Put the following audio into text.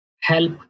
help